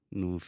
no